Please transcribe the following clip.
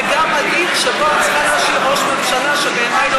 וגם שאני צריכה להשאיר ראש ממשלה שבעיניי לא